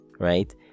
right